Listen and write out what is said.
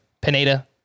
Pineda